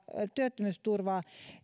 työttömyysturvaa